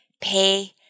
pay